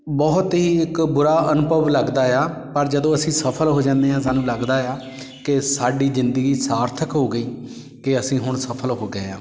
ਬਹੁਤ ਹੀ ਇੱਕ ਬੁਰਾ ਅਨੁਭਵ ਲੱਗਦਾ ਏ ਆ ਪਰ ਜਦੋਂ ਅਸੀਂ ਸਫਲ ਹੋ ਜਾਦੇ ਹਾਂ ਸਾਨੂੰ ਲੱਗਦਾ ਆ ਕਿ ਸਾਡੀ ਜ਼ਿੰਦਗੀ ਸਾਰਥਕ ਹੋ ਗਈ ਕਿ ਅਸੀਂ ਹੁਣ ਸਫਲ ਹੋ ਗਏ ਹਾਂ